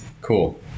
Cool